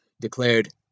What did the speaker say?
declared